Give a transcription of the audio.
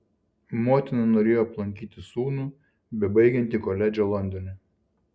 motina norėjo aplankyti sūnų bebaigiantį koledžą londone